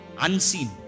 Unseen